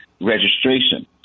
registration